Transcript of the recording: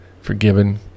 forgiven